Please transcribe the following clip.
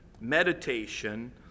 meditation